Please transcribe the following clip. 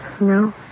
No